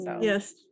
Yes